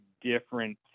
different